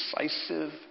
decisive